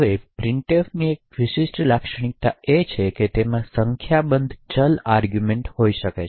હવે પ્રિન્ટફ વિશે એક લાક્ષણિકતા એ છે કે તેમાં સંખ્યાબંધ ચલ આર્ગૂમેંટ હોઈ શકે છે